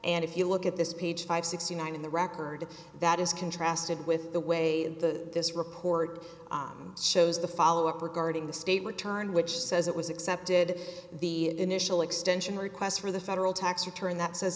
and if you look at this page five sixty nine in the record that is contrasted with the way the this report shows the follow up regarding the state return which says it was accepted the initial extension request for the federal tax return that says